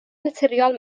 naturiol